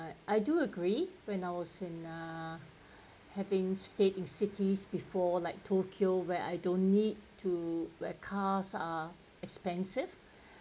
I I do agree when I was in uh having stayed in cities before like tokyo where I don't need to where cars are expensive